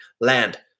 land